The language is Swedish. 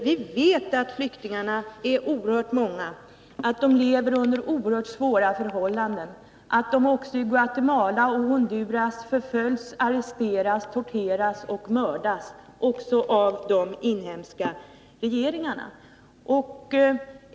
Vi vet att flyktingarna är oerhört många, att de lever under ytterst svåra förhållanden och att de i Guatemala och Honduras förföljs, arresteras, torteras och mördas också av de inhemska regeringarna.